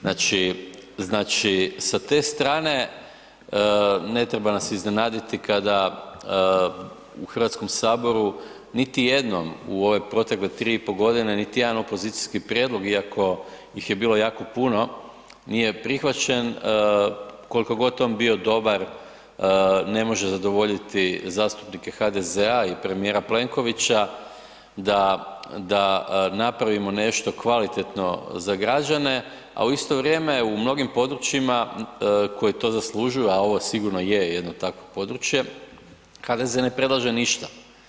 Znači, znači sa te strane ne treba nas iznenaditi kada u Hrvatskom saboru niti jednom u ove protekle 3,5 godine niti jedan opozicijski prijedlog, iako ih je bilo jako puno nije prihvaćen, koliko god on bio dobar ne može zadovoljiti zastupnike HDZ-a i premijera Plenkovića da, da napravimo nešto kvalitetno za građane, a u isto vrijeme u mnogim područjima koji to zaslužuju, a ovo sigurno je jedno takvo područje, HDZ ne predlaže ništa.